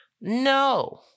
No